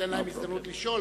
תן להם הזדמנות לשאול,